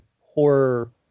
horror